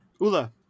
Ula